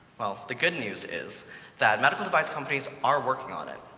well, the good news is that medical-device companies are working on it.